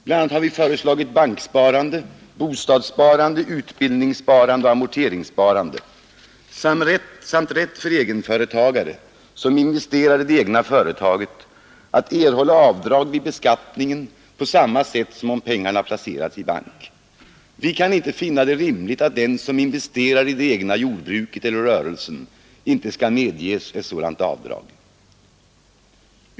BL a. har vi föreslagit banksparande, bostadssparande, utbildningssparande och amorteringssparande samt rätt för egenföretagare, som investerar i det egna företaget, att erhålla avdrag vid beskattningen på samma sätt som om pengarna placerats på bank. Vi kan inte finna det rimligt att den som investerar i det egna jordbruket eller rörelsen inte skall medges ett sådant avdrag.